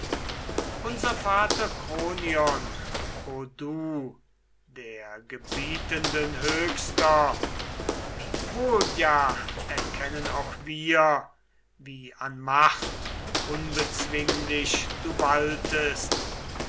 unser vater kronion o du der gebietenden höchster wohl ja erkennen auch wir wie an macht unbezwinglich du waltest